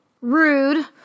Rude